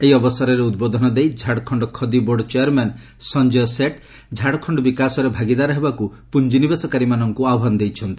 ଏହି ଅବସରରେ ଉଦ୍ବୋଧନ ଦେଇ ଝାଡ଼ଖଣ୍ଡ ଖଦିବୋର୍ଡ଼ ଚେୟାରମ୍ୟାନ୍ ସଞ୍ଜୟ ସେଟ୍ ଝାଡ଼ଖଣ୍ଡ ବିକାଶରେ ଭାଗିଦାର ହେବାକୁ ପୁଞ୍ଜିନିବେଶକାରୀମାନଙ୍କୁ ଆହ୍ୱାନ ଦେଇଛନ୍ତି